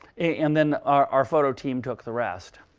and then our our photo team took the rest.